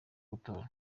gutora